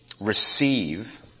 Receive